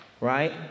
Right